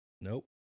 Nope